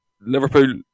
Liverpool